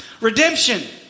Redemption